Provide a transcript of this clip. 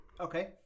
Okay